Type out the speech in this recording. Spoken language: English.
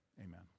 Amen